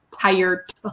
tired